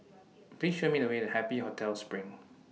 Please Show Me The Way to Happy Hotel SPRING